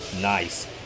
nice